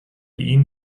ihnen